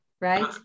right